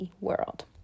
world